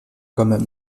comme